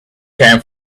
came